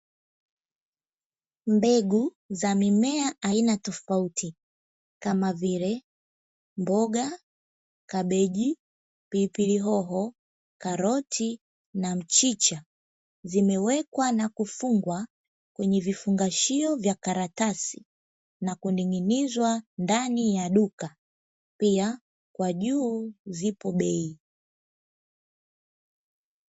Mbegu za mimea aina tofauti kama vile mboga, mabichi, pilipili hoho, karoti na mchicha, zinawekwa na kufungwa kwenye vifungashio vya karatasi na kuning'inizwa ndani ya duka, pia kwa juu zipo bei.